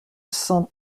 cent